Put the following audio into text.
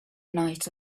night